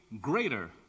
greater